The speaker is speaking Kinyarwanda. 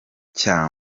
cya